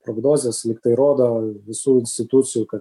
prognozės lyg tai rodo visų institucijų kad